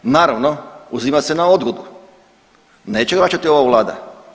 Naravno, uzima se na odgodu, neće vraćati ova Vlada.